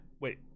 Wait